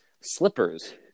slippers